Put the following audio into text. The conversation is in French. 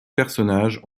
personnages